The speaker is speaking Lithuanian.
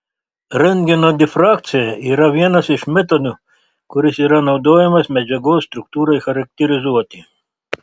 rentgeno difrakcija yra vienas iš metodų kuris yra naudojamas medžiagos struktūrai charakterizuoti